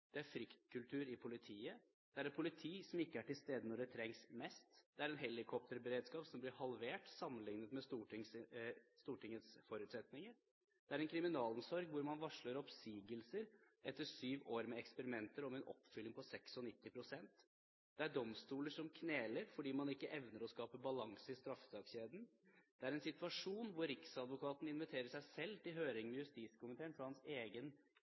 Det er fryktkultur i politiet. Det er et politi som ikke er til stede når det trengs mest. Det er en helikopterberedskap som ble halvert sammenlignet med Stortingets forutsetninger. Det er en kriminalomsorg hvor man varsler oppsigelser etter syv år med eksperimenter, og med en oppfylling på 96 pst. Det er domstoler som kneler fordi man ikke evner å skape balanse i straffesakskjeden. Det er en situasjon hvor riksadvokaten inviterer seg selv til høringene i justiskomiteen fordi hans egen